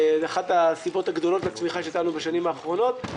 לאחת הסיבות הגדולות בצמיחה שהייתה לנו בשנים האחרונות.